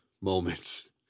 moments